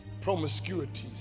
promiscuities